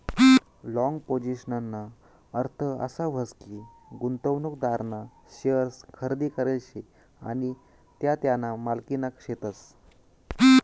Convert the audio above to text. long पोझिशनना अर्थ असा व्हस की, गुंतवणूकदारना शेअर्स खरेदी करेल शे आणि त्या त्याना मालकीना शेतस